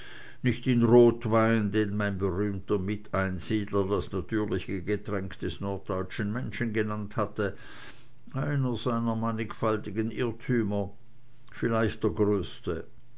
nicht in rotwein den mein berühmter miteinsiedler das natürliche getränk des norddeutschen menschen genannt hatte einer seiner mannigfachen irrtümer vielleicht der größte